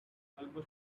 almost